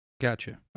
Gotcha